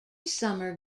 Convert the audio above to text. summer